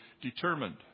determined